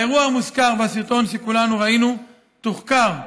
האירוע המוזכר בסרטון שכולנו ראינו תוחקר,